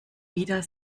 wieder